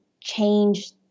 change